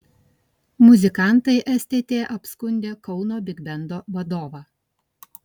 muzikantai stt apskundė kauno bigbendo vadovą